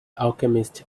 alchemist